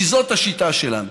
כי זאת השיטה שלנו.